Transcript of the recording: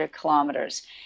kilometers